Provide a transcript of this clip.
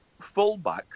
fullbacks